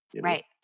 Right